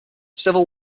civil